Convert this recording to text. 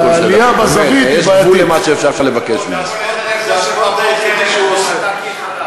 זאת הודעה עם הצבעה?